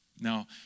Now